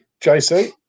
JC